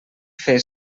fer